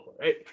right